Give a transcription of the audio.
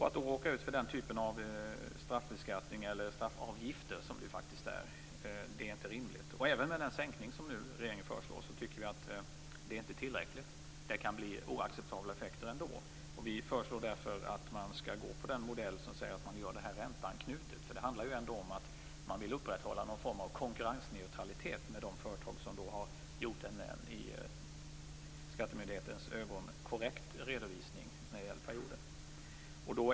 Att då råka ut för den typ av straffbeskattning eller straffavgift som det faktiskt är fråga om är inte rimligt. Även med den sänkning som regeringen nu föreslår tycker vi att det inte är tillräckligt. Det kan bli oacceptabla effekter ändå. Vi föreslår därför att man skall gå på den modell som innebär att man gör detta ränteanknutet. Det handlar ju ändå om att man vill upprätthålla någon form av konkurrensneutralitet med de företag som har gjort en i skattemyndighetens ögon korrekt redovisning när det gäller perioden.